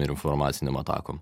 ir informaciniam atakom